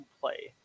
play